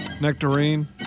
Nectarine